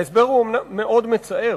ההסבר הוא מאוד מצער,